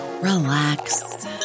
relax